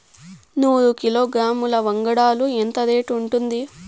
నూరు కిలోగ్రాముల వంగడాలు ఎంత రేటు ఉంటుంది?